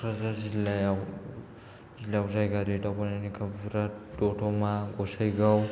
कक्राझार जिल्लायाव जिल्लायाव जायगायारि दावबायनायनि खाबुफोरा दतमा गसाइगाव